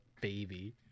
baby